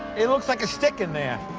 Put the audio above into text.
it looks like a stick in there.